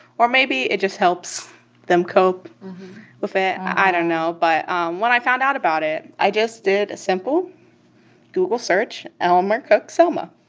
or maybe it just helps them cope with it. i don't know. but when i found out about it, i just did a simple google search elmer cook selma.